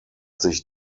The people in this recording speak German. sich